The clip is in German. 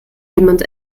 jemand